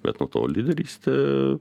bet nuo to lyderystė